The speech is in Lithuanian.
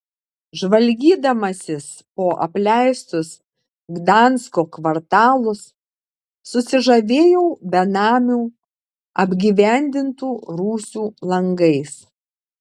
žvalgydamasis po apleistus gdansko kvartalus susižavėjau benamių apgyvendintų rūsių langais